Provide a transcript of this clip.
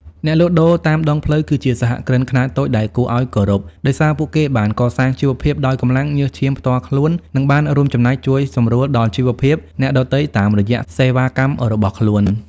អ្នកលក់ដូរតាមដងផ្លូវគឺជាសហគ្រិនខ្នាតតូចដែលគួរឱ្យគោរព ដោយសារពួកគេបានកសាងជីវភាពដោយកម្លាំងញើសឈាមផ្ទាល់ខ្លួន និងបានរួមចំណែកជួយសម្រួលដល់ជីវភាពអ្នកដទៃតាមរយៈសេវាកម្មរបស់ខ្លួន។